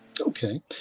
Okay